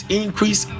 increase